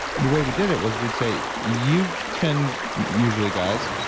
the way we did it was we'd say, you ten usually guys,